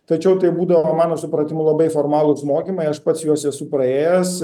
tačiau tai būdavo mano supratimu labai formalūs mokymai aš pats juos esu praėjęs